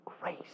grace